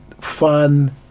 fun